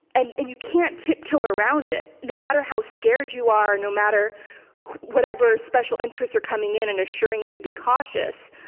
and and you can't tiptoe around it, no matter how scared you are, no matter whatever special interests are coming in and assuring you to be cautious,